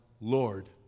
Lord